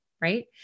Right